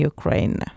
Ukraine